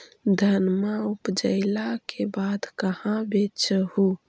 धनमा उपजाईला के बाद कहाँ बेच हू?